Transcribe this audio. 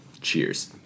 Cheers